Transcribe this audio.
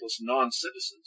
non-citizens